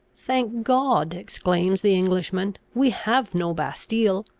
thank god, exclaims the englishman, we have no bastile!